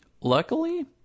Luckily